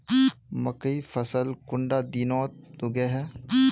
मकई फसल कुंडा दिनोत उगैहे?